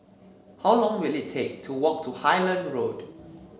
how long will it take to walk to Highland Road